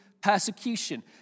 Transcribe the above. persecution